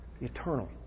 eternal